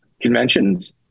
conventions